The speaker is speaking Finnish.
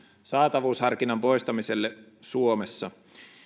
saatavuusharkinnan poistamiselle suomessa